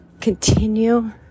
continue